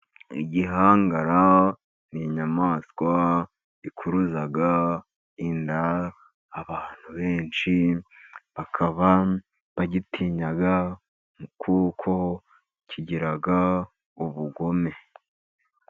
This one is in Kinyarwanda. Igihangara ni inyamaswa ikuruza inda. Abantu benshi bakaba bagitinya kuko kigira ubugome.